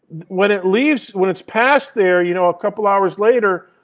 when it leaves when it's past there, you know a couple hours later,